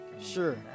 Sure